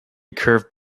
curved